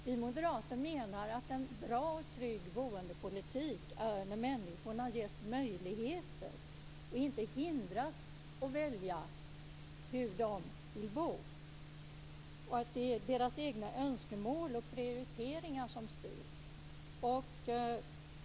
Vi moderater menar att en bra och trygg boendepolitik är när människorna ges möjlighet och inte hindras att välja hur de vill bo, att det är deras egna önskemål och prioriteringar som styr.